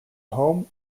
home